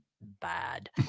bad